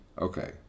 Okay